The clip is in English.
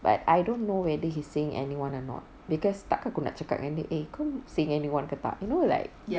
but I don't know whether he's seeing anyone or not because takkan aku nak cakap dengan dia eh kau seeing anyone ke tak you know like